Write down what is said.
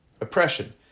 oppression